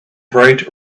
bright